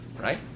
right